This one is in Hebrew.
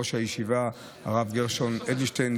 ראש הישיבה הרב גרשון אדלשטיין,